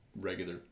regular